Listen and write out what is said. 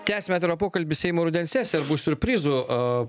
tęsiame pokalbį seimo rudens sesija ar bus siurprizų o